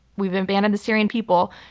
we've abandoned the syrian people.